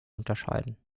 unterscheiden